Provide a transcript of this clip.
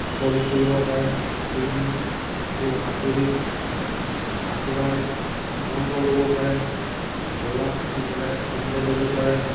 উপভোগ কৰিব পাৰে চুইমিং পুল সাঁতুৰি সাঁতোৰাৰ আনন্দ ল'ব পাৰে জলাত উঠি পেলাই আনন্দ ল'ব পাৰে